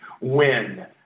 win